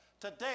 Today